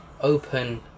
open